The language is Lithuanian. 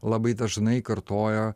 labai dažnai kartoja